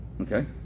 Okay